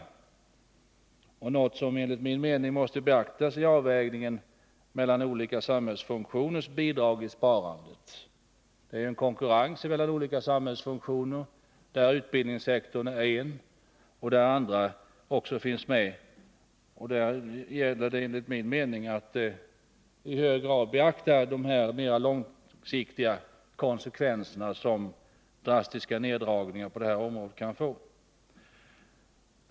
Det är något som enligt min mening måste beaktas i avvägningen mellan olika samhällsfunktioners bidrag i spararbetet. Det är en konkurrens mellan olika samhällsfunktioner, där utbildningssektorn är en. Det gäller enligt min mening att i hög grad beakta de mer långsiktiga konsekvenser som en drastisk nedskärning på det här området kan få.